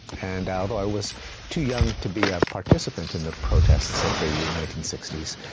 and although i was too young to be a participant in the protests of the nineteen sixty s,